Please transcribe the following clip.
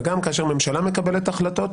וגם כאשר ממשלה מקבלת החלטות,